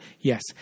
Yes